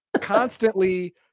constantly